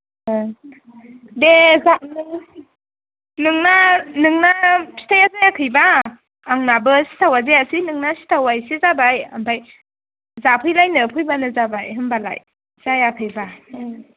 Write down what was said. ओ दे जा नोङो नोंना नोंना फिथाया जायाखैबा आंनाबो सिथावा जायासै नोंना सिथावा इसे जाबाय ओमफ्राय जाफैलायनो फैबानो जाबाय होमबालाय जायाखैबा ओं